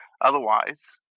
Otherwise